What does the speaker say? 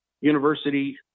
University